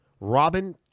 Robin